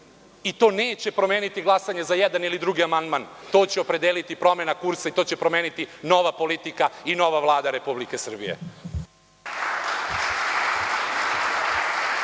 i to neće promeniti glasanje za jedan ili drugi amandman. To će opredeliti promena kursa i to će promeniti nova politika i nova Vlada Republike Srbije.